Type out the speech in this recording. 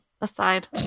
aside